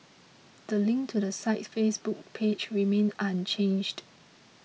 the link to the site's Facebook page remains unchanged